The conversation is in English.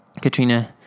Katrina